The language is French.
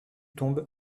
tombe